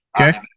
Okay